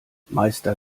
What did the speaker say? meister